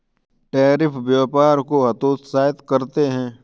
tariff व्यापार को हतोत्साहित करते हैं